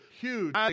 huge